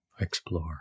explore